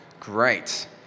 Great